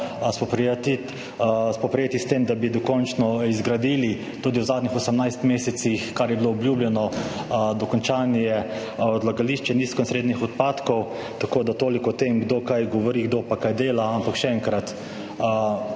spoprijeti s tem, da bi dokončno izgradili tudi v zadnjih 18 mesecih, kar je bilo obljubljeno, dokončanje odlagališča nizko- in srednjeradioaktivnih odpadkov. Toliko o tem, kdo kaj govori, kdo pa kaj dela. Ampak, še enkrat,